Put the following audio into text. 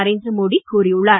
நரேந்திர மோடி கூறியுள்ளார்